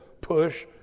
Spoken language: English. push